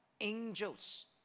angels